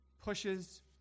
Pushes